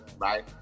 right